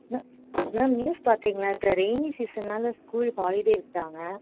மே ma'am news பார்த்திங்களா இப்போ rainy சீசன்னால் ஸ்கூல் ஹாலிடே விட்டாங்க